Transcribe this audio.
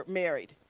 married